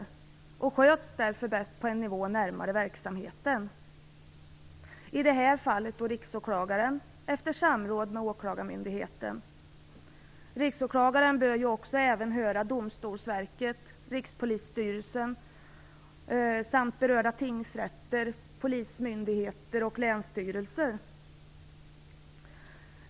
Detta sköts därför bäst på en nivå närmare verksamheten, i det här fallet alltså av Riksåklagaren efter samråd med åklagarmyndigheten. Riksåklagaren bör också höra Domstolsverket och Rikspolisstyrelsen, samt berörda tingsrätter, polismyndigheter och länsstyrelser.